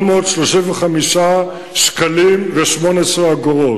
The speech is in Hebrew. ל-3,835.18 שקלים חדשים.